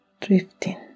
drifting